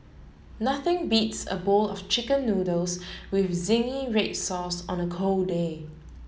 nothing beats a bowl of chicken noodles with zingy red sauce on a cold day